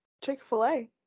Chick-fil-A